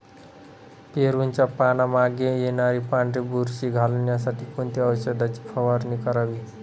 पेरूच्या पानांमागे येणारी पांढरी बुरशी घालवण्यासाठी कोणत्या औषधाची फवारणी करावी?